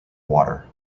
water